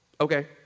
okay